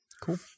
cool